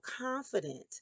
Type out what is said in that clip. confident